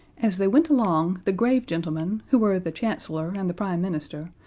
as they went along, the grave gentlemen, who were the chancellor and the prime minister,